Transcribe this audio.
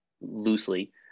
loosely